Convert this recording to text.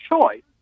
choice